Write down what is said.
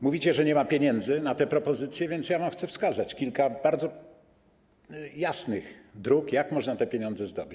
Mówicie, że nie ma pieniędzy na te propozycje, więc ja wam chcę wskazać kilka bardzo jasnych dróg, jak można te pieniądze zdobyć.